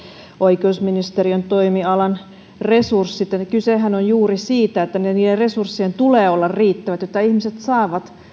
oikeusministeriön toimialan resurssit kysehän on juuri siitä että niiden resurs sien tulee olla riittävät jotta ihmiset saavat